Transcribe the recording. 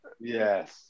Yes